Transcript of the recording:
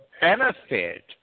benefit